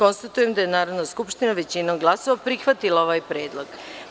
Konstatujem da je Narodna skupština većinom glasova prihvatila ovaj predlog.